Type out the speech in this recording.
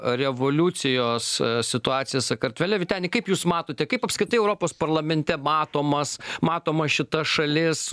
revoliucijos situacija sakartvele vyteni kaip jūs matote kaip apskritai europos parlamente matomas matoma šita šalis